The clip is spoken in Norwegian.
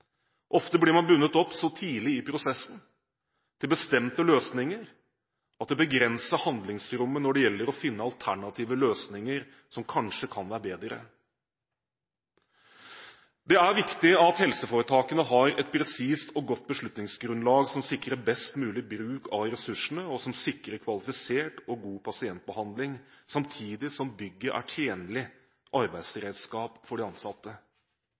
Ofte blir man bundet opp til bestemte løsninger så tidlig i prosessen at det begrenser handlingsrommet når det gjelder å finne alternative løsninger som kanskje kan være bedre. Det er viktig at helseforetakene har et presist og godt beslutningsgrunnlag som sikrer best mulig bruk av ressursene, og som sikrer kvalifisert og god pasientbehandling, samtidig som bygget er et tjenlig arbeidsredskap for de ansatte.